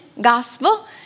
gospel